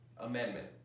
amendment